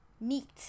meat